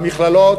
המכללות.